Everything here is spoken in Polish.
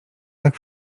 tak